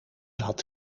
had